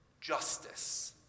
justice